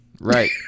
right